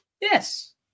Yes